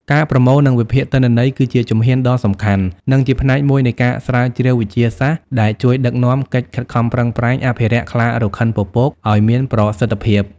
ការប្រមូល និងវិភាគទិន្នន័យគឺជាជំហានដ៏សំខាន់ និងជាផ្នែកមួយនៃការស្រាវជ្រាវវិទ្យាសាស្ត្រ ដែលជួយដឹកនាំកិច្ចខិតខំប្រឹងប្រែងអភិរក្សខ្លារខិនពពក ឲ្យមានប្រសិទ្ធភាព។